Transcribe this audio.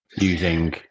using